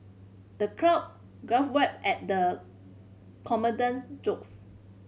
the crowd guffawed at the comedian's jokes